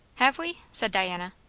have we? said diana.